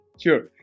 Sure